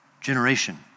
generation